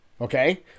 Okay